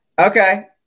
okay